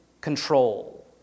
control